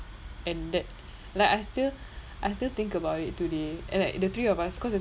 and that like I still I still think about it today and that the three of us cause the